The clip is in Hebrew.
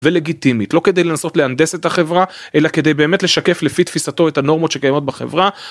ולגיטימית לא כדי לנסות להנדס את החברה אלא כדי באמת לשקף לפי תפיסתו את הנורמות שקיימות בחברה.